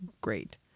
great